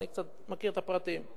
אני קצת מכיר את הפרטים.